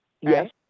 Yes